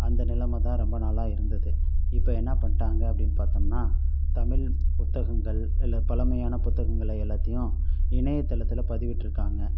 அந்த நிலைமைதான் ரொம்ப நாளாக இருந்தது இப்போ என்ன பண்ணிவிட்டாங்க பார்த்தோம்னா தமிழ் புத்தகங்கள் இல்லை பழமையான புத்தகங்களை எல்லாத்தையும் இணையத்தளத்தில் பதிவிட்டிருக்காங்க